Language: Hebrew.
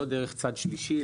לא דרך צד שלישי,